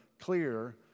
clear